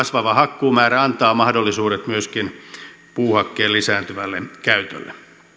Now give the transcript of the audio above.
kasvava hakkuumäärä antaa mahdollisuudet myöskin puuhakkeen lisääntyvälle käytölle